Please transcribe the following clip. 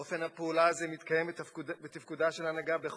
אופן הפעולה הזה מתקיים בתפקודה של ההנהגה בכל